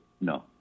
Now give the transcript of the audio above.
no